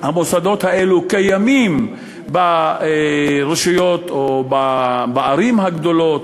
המוסדות האלה קיימים ברשויות או בערים הגדולות,